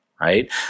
right